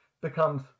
becomes